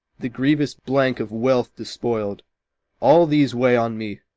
the grievous blank of wealth despoiled all these weigh on me,